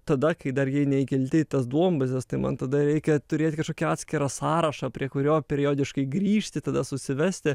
tada kai dar jie neįkelti į tas duombazes tai man tada reikia turėti kažkokį atskirą sąrašą prie kurio periodiškai grįžti tada susivesti